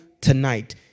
tonight